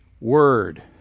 word